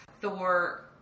Thor